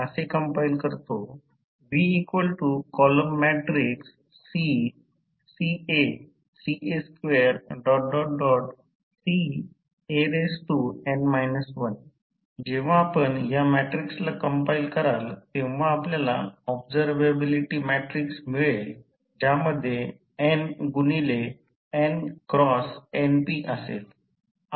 आपण असे कंपाईल करतो जेव्हा आपण या मॅट्रिक्सला कंपाईल कराल तेव्हा आपल्याला ऑब्झरव्हेबिलिटी मॅट्रिक्स मिळेल ज्यामध्ये n गुणिले n×np असेल